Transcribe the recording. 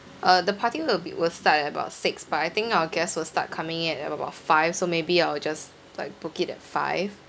uh the party will be will start at about six but I think our guests will start coming in at about five so maybe I'll just like book it at five